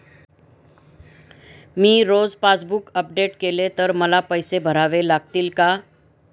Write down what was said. मी जर रोज passbook update केले तर मला पैसे भरावे लागतील का?